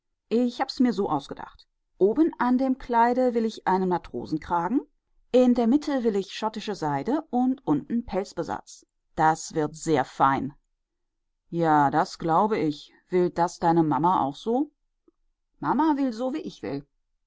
ich hab mir's so ausgedacht oben an dem kleid will ich einen matrosenkragen in der mitte will ich schottische seide und unten pelzbesatz das wird sehr fein ja das glaube ich will das deine mamma auch so mamma will so wie ich will